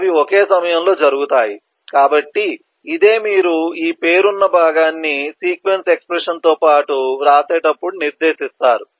అవి ఒకే సమయంలో జరుగుతాయి కాబట్టి ఇదే మీరు ఈ పేరున్న భాగాన్ని సీక్వెన్స్ ఎక్స్ప్రెషన్తో పాటు వ్రాసేటప్పుడు నిర్దేశిస్తారు